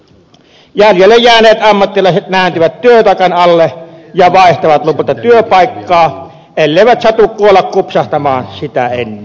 jäljelle jääneet ammattilaiset nääntyvät työtaakan alle ja vaihtavat lopulta työpaikkaa elleivät satu kuolla kupsahtamaan sitä ennen